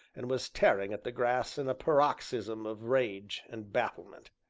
and was tearing at the grass in a paroxysm of rage and bafflement.